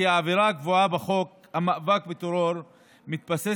כי העבירה הקבועה בחוק המאבק בטרור מתבססת